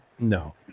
no